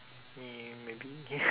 ya maybe